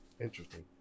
Interesting